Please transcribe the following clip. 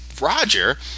Roger